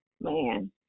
man